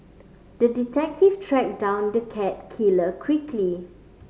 the detective tracked down the cat killer quickly